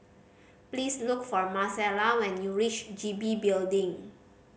please look for Marcella when you reach G B Building